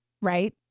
Right